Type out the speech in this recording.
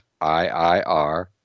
iir